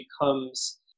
becomes